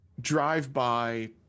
drive-by